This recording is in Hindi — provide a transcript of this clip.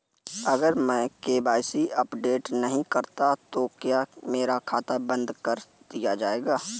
अगर मैं के.वाई.सी अपडेट नहीं करता तो क्या मेरा खाता बंद कर दिया जाएगा?